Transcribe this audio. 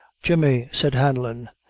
jemmy, said hanlon,